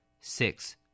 Six